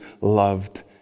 loved